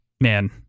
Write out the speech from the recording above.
man